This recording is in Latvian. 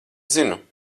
zinu